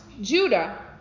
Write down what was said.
Judah